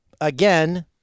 again